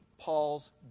Paul's